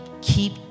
keep